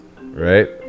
Right